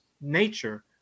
nature